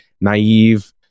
naive